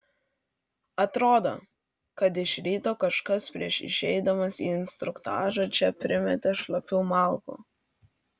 atrodo kad iš ryto kažkas prieš išeidamas į instruktažą čia primetė šlapių malkų